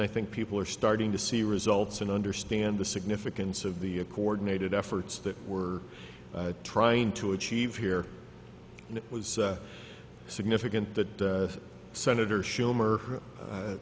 i think people are starting to see results and understand the significance of the a coordinated efforts that we're trying to achieve here and it was significant that senator